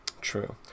True